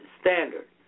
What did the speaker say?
standard